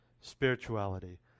Spirituality